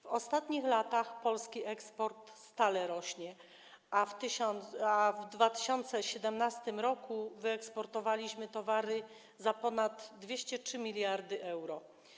W ostatnich latach polski eksport stale rośnie, a w 2017 r. wyeksportowaliśmy towary za ponad 203 mld euro.